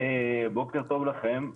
בוקר טוב לכם,